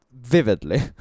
vividly